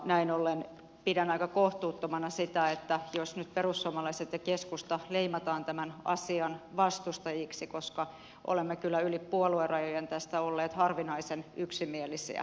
näin ollen pidän aika kohtuuttomana sitä jos nyt perussuomalaiset ja keskusta leimataan tämän asian vastustajiksi koska olemme kyllä yli puoluerajojen tästä olleet harvinaisen yksimielisiä